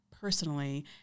personally